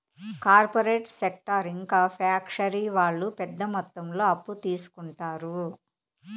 corporate sector ఇంకా factory వాళ్ళు పెద్ద మొత్తంలో అప్పు తీసుకుంటారు